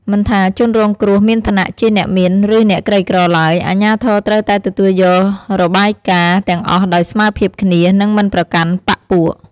មិនថាជនរងគ្រោះមានឋានៈជាអ្នកមាន ឬអ្នកក្រីក្រឡើយ អាជ្ញាធរត្រូវតែទទួលយករបាយការណ៍ទាំងអស់ដោយស្មើភាពគ្នា និងមិនប្រកាន់បក្ខពួក។